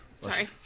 Sorry